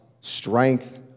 strength